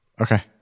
Okay